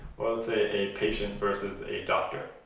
a patient versus a doctor.